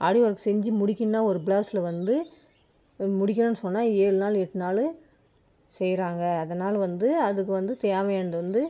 ஆரி work செஞ்சு முடிக்கணுன்னா ஒரு ப்ளவுஸில் வந்து ஒரு முடிக்கணுன்னு சொன்னால் ஏழு நாள் எட்டு நாள் செய்யுறாங்க அதனால் வந்து அதுக்கு வந்து தேவையானது